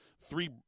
Three